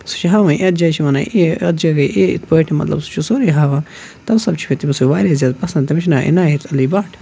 سُہ چھِ ہاوان یَتھ جایہِ چھِ وَنان یہِ اَتھ جایہِ گٔے یِتھ پٲٹھۍ مطلب سُہ سُورٕے ہاوان دراَصٕل چھُ مےٚ تٔمِس سۭتۍ واریاہ زیاد پَسنٛد تٔمِس ناو عنایت علی بٹھ